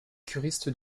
curistes